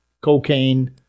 cocaine